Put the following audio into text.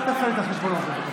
אל תעשה לי את החשבונות, בבקשה.